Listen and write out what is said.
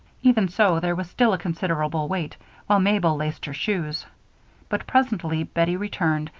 even so there was still a considerable wait while mabel laced her shoes but presently bettie returned,